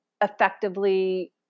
effectively